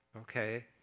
okay